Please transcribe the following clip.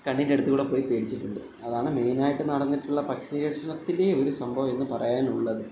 കണ്ണിൻ്റ അടുത്ത് കൂടെ പോയി പോയി പേടിച്ചിട്ടുണ്ട് അതാണ് മെയിനായിട്ട് നടന്നിട്ടുള്ള പക്ഷി നിരീക്ഷണത്തിലെ ഒരു സംഭവം എന്ന് പറയാനുള്ളത്